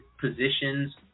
positions